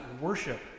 worship